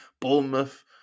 Bournemouth